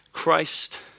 Christ